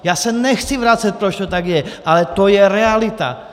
Já se nechci vracet, proč to tak je, ale to je realita.